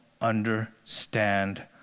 understand